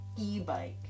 e-bike